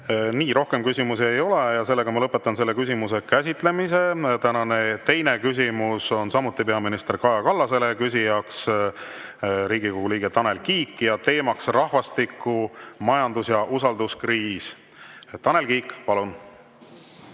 Nii. Rohkem küsimusi ei ole. Ma lõpetan selle küsimuse käsitlemise. Tänane teine küsimus on samuti peaminister Kaja Kallasele, küsija on Riigikogu liige Tanel Kiik ja teema on rahvastiku‑, majandus‑ ja usalduskriis. Tanel Kiik, palun!